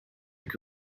your